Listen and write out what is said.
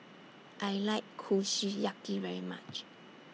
I like Kushiyaki very much